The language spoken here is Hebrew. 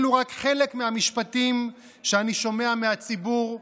אלה רק חלק מהמשפטים שאני שומע מהציבור,